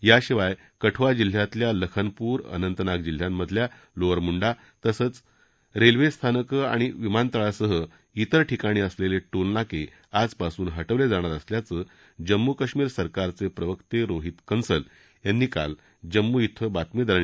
याशिवाय कठुआ जिल्ह्यातल्या लखनपूर अंतनाग जिल्ह्यातल्या लोअर मुंडा तसंच रेल्वे स्थानकं आणि विमानतळासह इतर ठिकाणी असलेले टोलनाके आजपासून हटवले जाणार असल्याचं जम्मू काश्मीर सरकारचे प्रवक्ते रोहीत कन्सल यांनी काल जम्मू इथं बातमीदारांशी बोलताना सांगितलं